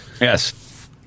Yes